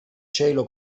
cielo